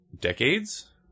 decades